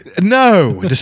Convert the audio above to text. No